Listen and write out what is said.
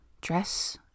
Dress